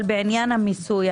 אבל בעניין היסוי,